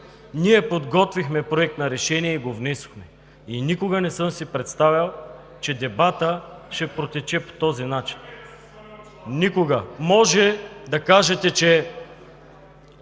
ние подготвихме Проект на решение и го внесохме. И никога не съм си представял, че дебатът ще протече по този начин. Никога! Можете да кажете, че